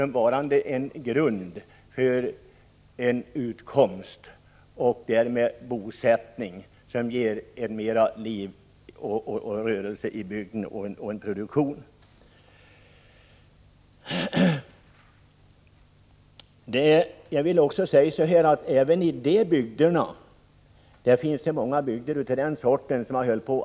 Man vill att dessa skall kunna utgöra grunden för en produktion som ger utkomst och därmed möjlighet till bosättning, som ger mera liv och rörelse i bygden. Det finns bygder som nästan har vuxit igen.